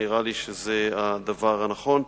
נראה לי שזה הדבר הנכון.